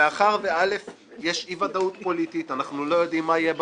שמאחר שיש אי ודאות פוליטי אנחנו לא יודעים מה יהיה בבחירות,